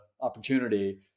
opportunity